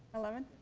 eleven?